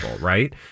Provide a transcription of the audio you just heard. Right